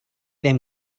them